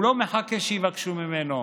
הוא לא מחכה שיבקשו ממנו,